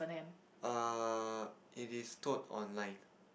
err it is told online